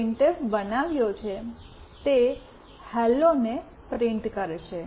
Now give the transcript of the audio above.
printf બનાવ્યો છે તે હેલોને પ્રિન્ટ કરશે